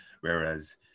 Whereas